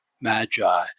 Magi